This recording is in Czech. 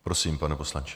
Prosím, pane poslanče.